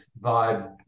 vibe